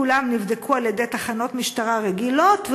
כולם נבדקו על-ידי תחנות משטרה רגילות,